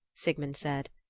sigmund said,